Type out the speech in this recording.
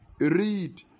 Read